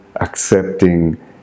accepting